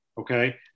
okay